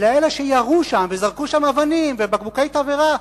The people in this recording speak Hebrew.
אלא אלה שירו שם וזרקו שם אבנים ובקבוקי תבערה,